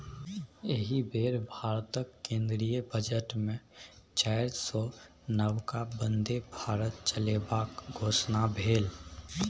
एहि बेर भारतक केंद्रीय बजटमे चारिसौ नबका बन्दे भारत चलेबाक घोषणा भेल